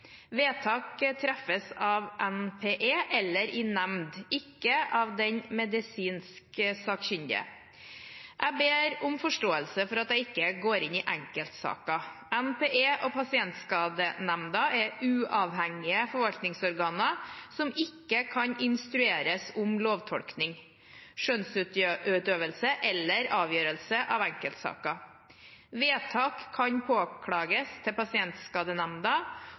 treffes av NPE eller i nemnd – ikke av den medisinsk sakkyndige. Jeg ber om forståelse for at jeg ikke går inn i enkeltsaker. NPE og Pasientskadenemnda er uavhengige forvaltningsorganer som ikke kan instrueres om lovtolkning, skjønnsutøvelse eller avgjørelse i enkeltsaker. Vedtaket kan påklages til